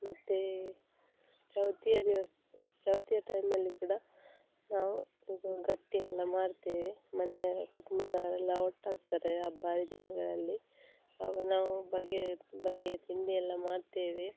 ಮತ್ತು ಚೌತಿಯ ದಿವಸ ಚೌತಿಯ ಟೈಮಲ್ಲಿ ಕೂಡ ನಾವು ಇದು ಗಟ್ಟಿಯೆಲ್ಲ ಮಾಡ್ತೇವೆ ಮನೆಯ ಕುಟುಂಬದವರೆಲ್ಲ ಒಟ್ಟಾಗ್ತಾರೆ ಹಬ್ಬ ಹರಿದಿನಗಳಲ್ಲಿ ಆವಾಗ ನಾವು ಬಗೆ ಬಗೆಯ ತಿಂಡಿಯೆಲ್ಲ ಮಾಡ್ತೇವೆ